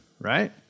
right